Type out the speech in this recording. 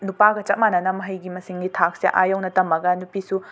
ꯅꯨꯄꯥꯒ ꯆꯞ ꯃꯥꯟꯅꯅ ꯃꯍꯩꯒꯤ ꯃꯁꯤꯡꯒꯤ ꯊꯥꯛꯁꯦ ꯑꯥ ꯌꯧꯅ ꯇꯝꯃꯒ ꯅꯨꯄꯤꯁꯨ